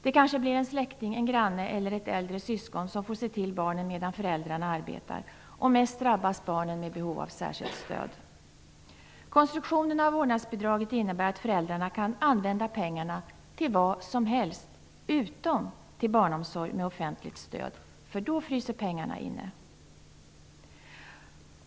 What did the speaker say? Det kanske blir en släkting, en granne eller ett äldre syskon som får se till barnen medan föräldrarna arbetar. Mest drabbas barnen med behov av särskilt stöd. Konstruktionen av vårdnadsbidraget innebär att föräldrarna kan använda pengarna till vad som helst -- utom till barnomsorg med offentligt stöd. Då fryser pengarna inne.